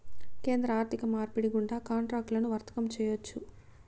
కేంద్ర ఆర్థిక మార్పిడి గుండా కాంట్రాక్టులను వర్తకం చేయొచ్చు